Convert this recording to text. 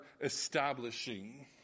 establishing